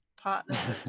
partners